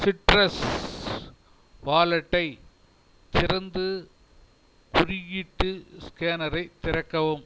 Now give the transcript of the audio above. citrus வாலெட்டை திறந்து குறியீட்டு ஸ்கேனரை திறக்கவும்